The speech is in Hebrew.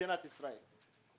במדינת ישראל.